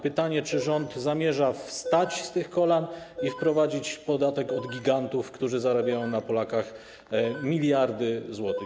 Pytanie, czy rząd zamierza wstać z tych kolan i wprowadzić podatek od gigantów, którzy zarabiają na Polakach miliardy złotych.